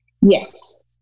Yes